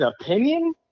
opinion